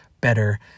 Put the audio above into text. better